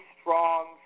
strong